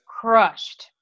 crushed